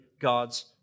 God's